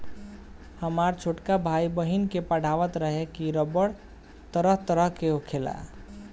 हामर छोटका भाई, बहिन के पढ़ावत रहे की रबड़ तरह तरह के होखेला